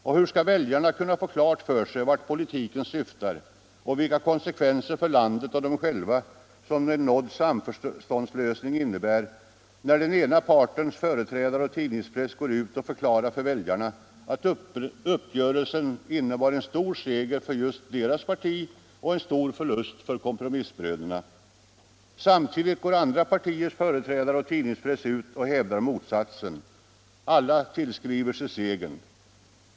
Och hur skall väljarna, frågar man sig vidare, kunna få klart för sig vart politiken syftar och vilka konsekvenser för landet och dem själva som en uppnådd samförståndslösning innebär, när den ena partens företrädare och tidningspress går ut och förklarar för väljarna, att uppgörelsen innebar en stor seger för just deras parti och en stor förlust för kompromissbrodern, medan den andras företrädare och tidningspress går ut och hävdar motsatsen? Båda tillskriver sig segern.